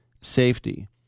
safety